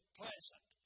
pleasant